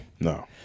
No